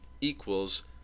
equals